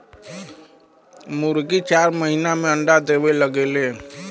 मुरगी चार महिना में अंडा देवे लगेले